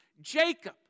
Jacob